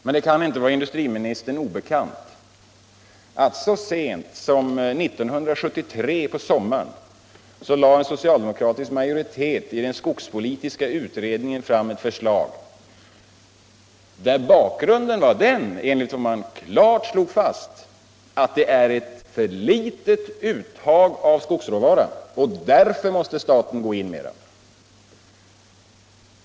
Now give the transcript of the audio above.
Men det kan inte vara industriministern obekant att en socialdemokratisk majoritet i den skogspolitiska utredningen så sent som på sommaren 1973 lade fram ett förslag, vilket hade den bakgrunden enligt vad man klart slog fast, att uttaget av skogsråvara var för litet och att staten därför måste gå in.